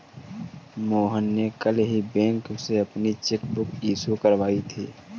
मोहन ने कल ही बैंक से अपनी चैक बुक इश्यू करवाई थी